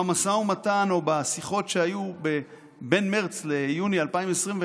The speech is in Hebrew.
במשא ומתן או בשיחות שהיו בין מרץ ליוני 2021,